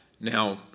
Now